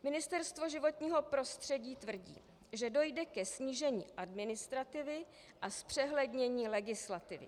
Ministerstvo životního prostředí tvrdí, že dojde ke snížení administrativy a zpřehlednění legislativy.